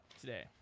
today